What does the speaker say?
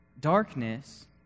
Darkness